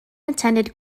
attended